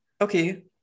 okay